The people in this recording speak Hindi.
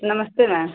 नमस्ते मैम